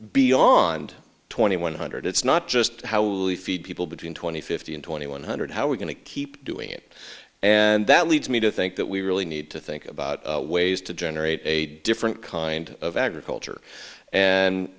beyond twenty one hundred it's not just how we feed people between twenty fifty and twenty one hundred how are we going to keep doing it and that leads me to think that we really need to think about ways to generate a different kind of agriculture and